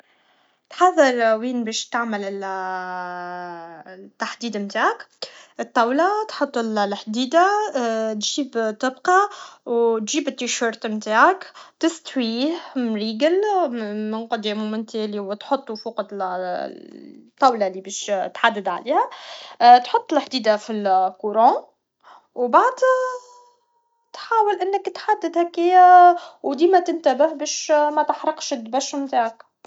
تحضر وين ياش تعمل التحديد نتاعك الطاوله تحط لحديدة تجيب طبقه و تجيب التيشيرت نتاعك تستويه مريجل من قدام و من تالي و تحطو فوق الطاولة لي باش تحدد عليها تحط لحديدة فلكوروو بعد تحاول انك تحدد هكايه و ديما تطر باش متحرقش الدبش نتاعك